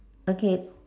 okay